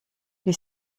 die